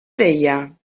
deia